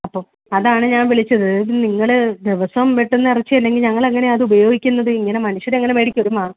അപ്പോൾ അതാണ് ഞാൻ വിളിച്ചത് ഇത് നിങ്ങൾ ദിവസവും വെട്ടുന്ന ഇറച്ചി അല്ലെങ്കിൽ ഞങ്ങൾ എങ്ങനെയാണ് അത് ഉപയോഗിക്കുന്നത് ഇങ്ങനെ മനുഷ്യരെങ്ങനെ മേടിക്കും ഒരുമാ